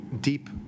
deep